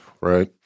right